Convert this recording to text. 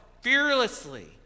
fearlessly